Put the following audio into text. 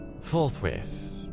Forthwith